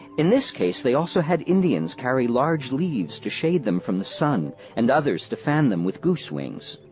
in this case they also had indians carry large leaves to shade them from the sun and others to fan them with goose wings.